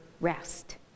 rest